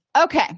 Okay